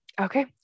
Okay